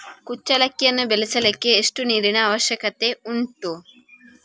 ಕುಚ್ಚಲಕ್ಕಿಯನ್ನು ಬೆಳೆಸಲಿಕ್ಕೆ ಎಷ್ಟು ನೀರಿನ ಅವಶ್ಯಕತೆ ಉಂಟು?